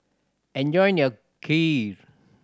enjoy your Kheer